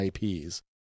IPs